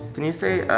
can you say